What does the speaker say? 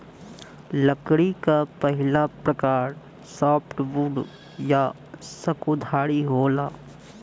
लकड़ी क पहिला प्रकार सॉफ्टवुड या सकुधारी होला